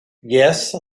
yes